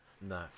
no